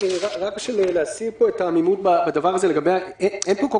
רק בשביל להסיר את העמימות בנושא הזה אין פה כל